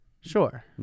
sure